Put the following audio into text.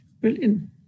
Brilliant